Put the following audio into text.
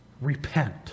Repent